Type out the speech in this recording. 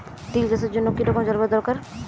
তিল চাষের জন্য কি রকম জলবায়ু দরকার?